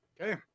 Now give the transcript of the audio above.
Okay